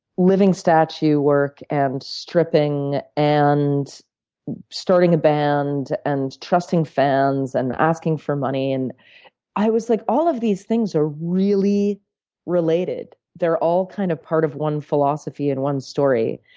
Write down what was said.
living-statue work and stripping and starting a band and trusting fans and asking for money, i was, like, all of these things are really related. they're all kind of part of one philosophy and one story,